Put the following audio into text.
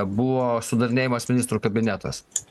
buvo sudarinėjamas ministrų kabinetas